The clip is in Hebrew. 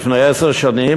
לפני עשר שנים,